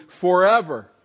forever